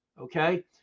okay